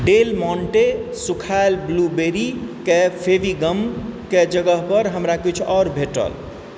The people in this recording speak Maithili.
डेल मोन्टे सुखायल ब्लूबेरी के फेविगम के जगह हमरा किछु आओर भेटल